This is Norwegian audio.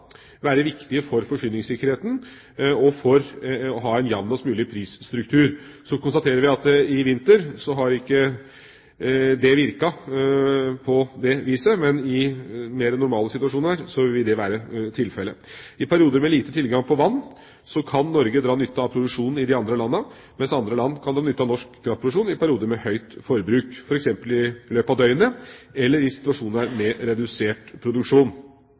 være viktige for forsyningssikkerheten og for å ha en jamnest mulig prisstruktur. Så konstaterer vi at i vinter har ikke det virket på det viset, men i mer normale situasjoner vil det være tilfellet. I perioder med lite tilgang på vann kan Norge dra nytte av produksjonen i de andre landene, mens andre land kan dra nytte av norsk kraftproduksjon i perioder med høyt forbruk, f.eks. i løpet av døgnet, eller i situasjoner med redusert produksjon.